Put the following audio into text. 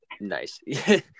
Nice